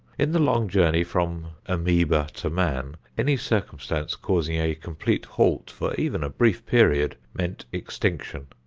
in the long journey from amoeba to man, any circumstance causing a complete halt for even a brief period meant extinction,